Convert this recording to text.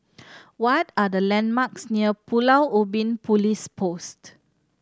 what are the landmarks near Pulau Ubin Police Post